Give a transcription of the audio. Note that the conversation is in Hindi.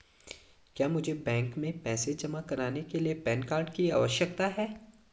क्या मुझे बैंक में पैसा जमा करने के लिए पैन कार्ड की आवश्यकता है?